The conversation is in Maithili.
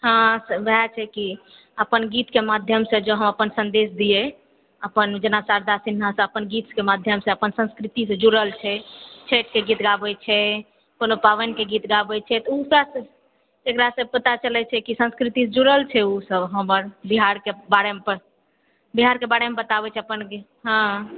हँ तऽ उएह छै कि अपन गीतके माध्यमसँ जँ हम अपन सन्देश दियै अपन जेना शारदा सिन्हा अपन गीतके माध्यमसँ अपन संस्कृतिसऽ जुड़ल छै छठिके गीत गाबैत छै कोनो पाबनिके गीत गाबैत छै उ तऽ तकरासँ पता चलैत छै कि संस्कृतिसँ जुड़ल छै ओसभ हमर बिहारके बिहारके बारेमे बताबैत छै अपन हँ